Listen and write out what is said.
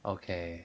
okay